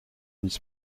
miss